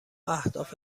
اهداف